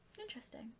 Interesting